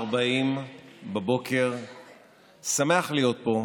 03:40. אני שמח להיות פה,